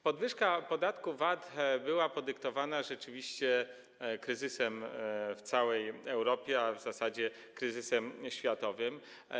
Podwyżka podatku VAT była podyktowana rzeczywiście kryzysem w całej Europie, a w zasadzie kryzysem światowym.